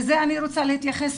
לזה אני רוצה להתייחס,